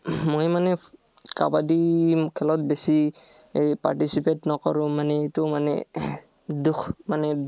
মই মানে কাবাডী খেলত বেছি এই পাৰ্টিচিপেট নকৰোঁ মানে এইটো মানে দুখ মানে